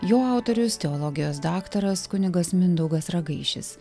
jo autorius teologijos daktaras kunigas mindaugas ragaišis